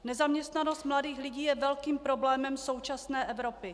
Nezaměstnanost mladých lidí je velkým problémem i současné Evropy.